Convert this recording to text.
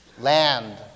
land